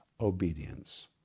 obedience